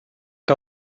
que